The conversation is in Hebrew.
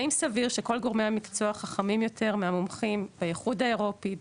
האם סביר שכל גורמי המקצוע חכמים יותר מהמומחים באיחוד האירופי,